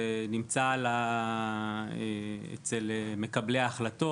זה נמצא אצל מקבלי ההחלטות.